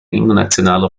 internationaler